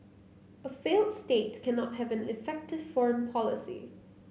a failed state cannot have an effective foreign policy